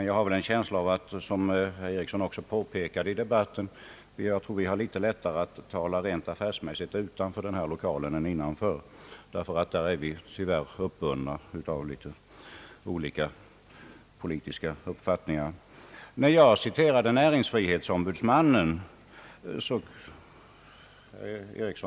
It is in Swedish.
Jag har en känsla av, som herr John Ericsson också påpekade i debatten, att vi har litet lättare att tala rent affärsmässigt utanför denna lokal än innanför den, där vi tyvärr är bundna av olika politiska uppfattningar. Herr John Ericsson reagerade mot att jag citerade näringsfrihetsombudsmannen.